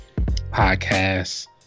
Podcast